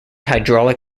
hydraulic